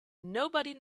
nobody